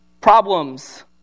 problems